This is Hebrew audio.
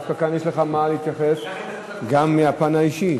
דווקא כאן יש לך מה להתייחס גם מהפן האישי.